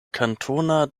kantona